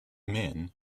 men